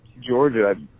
Georgia